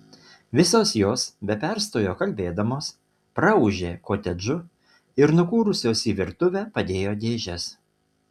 visos jos be perstojo kalbėdamos praūžė kotedžu ir nukūrusios į virtuvę padėjo dėžes